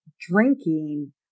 drinking